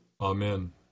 Amen